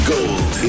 Gold